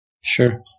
Sure